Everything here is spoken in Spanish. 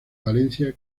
valencia